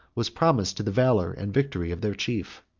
was promised to the valor and victory of their chief.